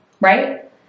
Right